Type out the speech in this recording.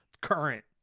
current